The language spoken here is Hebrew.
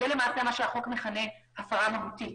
זה למעשה מה שהחוק מכנה הפרה מהותית.